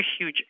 huge